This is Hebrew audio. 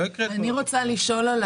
אני רוצה לשאול על